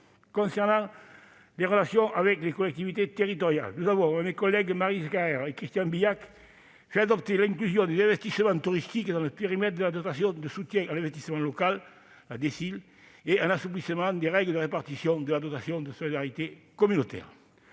Concernant la mission « Relations avec les collectivités territoriales », avec mes collègues Maryse Carrère et Christian Bilhac, nous avons fait adopter l'inclusion des investissements touristiques dans le périmètre de la dotation de soutien à l'investissement local (DSIL), ainsi qu'un assouplissement des règles de répartition de la dotation de solidarité communautaire.